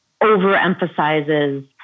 overemphasizes